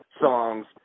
songs